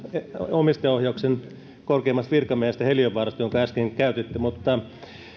omistajaohjauksen korkeimmasta virkamiehestä heliövaarasta äsken käytitte mutta